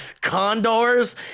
Condors